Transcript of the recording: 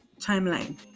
timeline